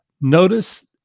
Notice